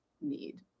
need